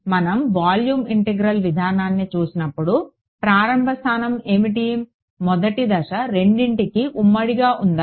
మనం volume integral విధానాన్ని చూసినప్పుడు ప్రారంభ స్థానం ఏమిటి మొదటి దశ రెండింటికీ ఉమ్మడిగా ఉందా